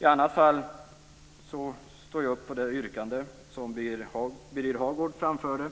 I annat fall står jag upp för det yrkande som Birger Hagård framförde,